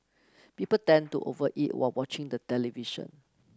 people tend to over eat while watching the television